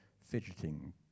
fidgeting